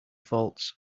faults